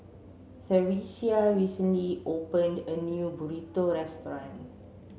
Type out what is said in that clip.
Theresia recently opened a new Burrito restaurant